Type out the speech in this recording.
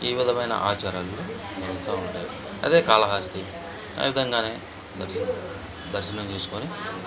ఈ విధమైన ఆచారాలు జరుగుతు ఉంటాయి అదే కాళహస్తీ అదే విధంగా దర్శనం దర్శనం చేసుకొని